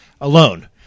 alone